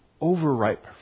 overripe